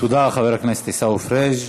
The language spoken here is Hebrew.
תודה, חבר הכנסת עיסאווי פריג'.